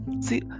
See